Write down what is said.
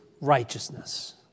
righteousness